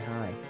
hi